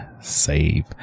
save